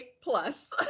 plus